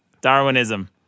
Darwinism